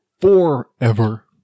forever